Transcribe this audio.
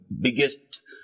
biggest